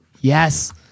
Yes